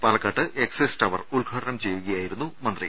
പാല ക്കാട്ട് excise tower ഉദ്ഘാടനം ചെയ്യുകയായി രുന്നു മന്ത്രി